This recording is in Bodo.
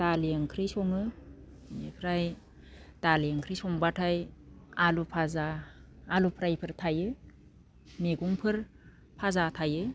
दालि ओंख्रि सङो इनिफ्राय दालि ओंख्रि संब्लाथाय आलु भाजा आलु फ्रायफोर थायो मैगंफोर भाजा थायो